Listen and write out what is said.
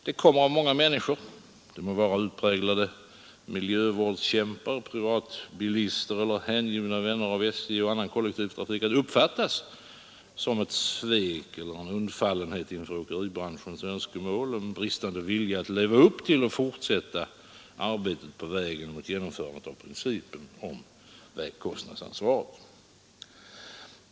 Det kommer av många människor — det må vara utpräglade miljövårdskämpar, privatbilister eller hängivna vänner av SJ och annan kollektivtrafik — att uppfattas som ett svek, en undfallenhet inför åkeribranschens önskemål, en bristande vilja att leva upp till och fortsätta arbetet på vägen mot genomförandet av principen om vägkostnadsansvaret.